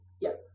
Yes